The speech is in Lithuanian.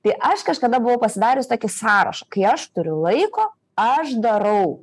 tai aš kažkada buvau pasidarius tokį sąrašą kai aš turiu laiko aš darau